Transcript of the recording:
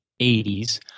80s